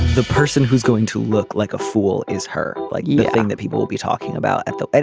the person who's going to look like a fool is her like thing that people will be talking about at the.